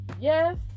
yes